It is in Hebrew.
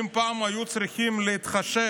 אם פעם היו צריכים להתחשב